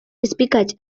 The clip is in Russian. избегать